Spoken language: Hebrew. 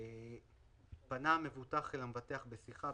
"פנה המבוטח את המבטח בשיחה,